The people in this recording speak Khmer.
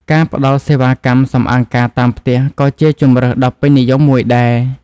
ការផ្ដល់សេវាកម្មសម្អាងការតាមផ្ទះក៏ជាជម្រើសដ៏ពេញនិយមមួយដែរ។